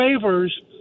favors